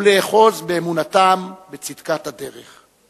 ולאחוז באמונתם בצדקת הדרך.